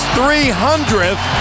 300th